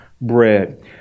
bread